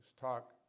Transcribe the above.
talk